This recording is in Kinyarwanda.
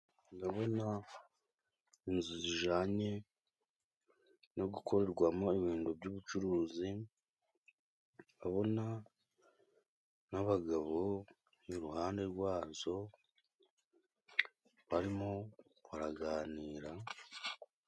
Ndabona inzu zijanye no gukorerwamo ibintu by'ubucuruzi. Babona nk'abagabo iruhande rwazo barimo baraganira.